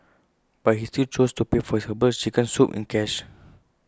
but he still chose to pay for his Herbal Chicken Soup in cash